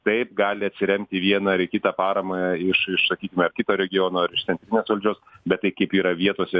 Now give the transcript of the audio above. taip gali atsiremti į vieną ar į kitą paramą iš iš sakykime kito regiono ar iš centrinės valdžios bet tai kaip yra vietose